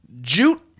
Jute